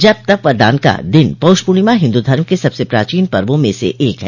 जप तप व दान का दिन पौष पूर्णिमा हिन्दू धर्म के सबसे प्राचीन पर्वो में से एक हैं